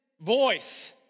voice